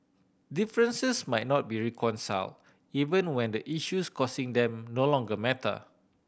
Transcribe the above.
differences might not be reconciled even when the issues causing them no longer matter